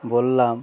বললাম